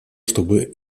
чтобы